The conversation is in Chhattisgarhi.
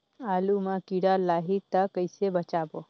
आलू मां कीड़ा लाही ता कइसे बचाबो?